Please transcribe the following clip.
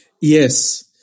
Yes